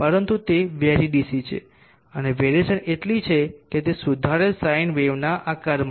પરંતુ તે very DC છે અને વેરીઅસન એટલી છે કે તે સુધારેલ સાઇન વેવના આકારમાં છે